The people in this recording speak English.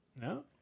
No